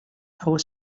our